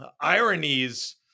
ironies